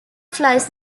flies